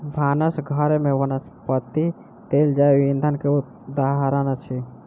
भानस घर में वनस्पति तेल जैव ईंधन के उदाहरण अछि